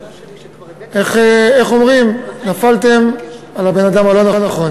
איך אומרים, נפלתם על הבן-אדם הלא-נכון,